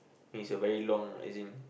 means a very long as in